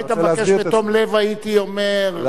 אם לא היית מבקש בתום לב הייתי אומר,